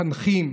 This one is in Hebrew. מחנכים,